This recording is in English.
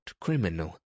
criminal